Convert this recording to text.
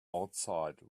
outside